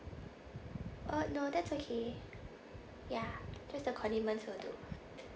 oh no that's okay ya just the condiments will do